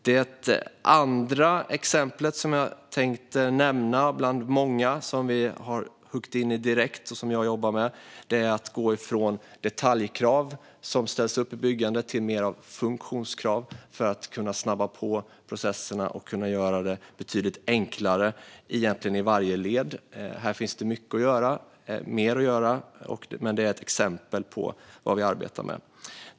Det andra exempel som jag tänkte nämna bland de många som vi har huggit in på direkt och som jag jobbar med handlar om att gå från detaljkrav på byggandet till mer av funktionskrav för att kunna snabba på processerna och göra det betydligt enklare i varje led. Här finns det mycket mer att göra, men det är ett exempel på vad vi arbetar med.